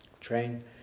train